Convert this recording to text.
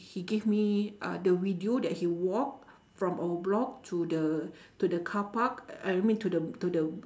he gave me uh the video he walked from our block to the to the car park uh I mean to the to the